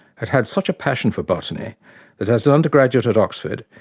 had had such a passion for botany that, as an undergraduate at oxford,